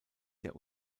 der